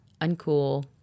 uncool